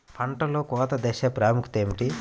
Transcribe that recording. పంటలో కోత దశ ప్రాముఖ్యత ఏమిటి?